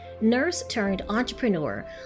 nurse-turned-entrepreneur